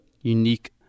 unique